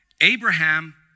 Abraham